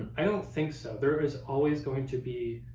i don't think so. there is always going to be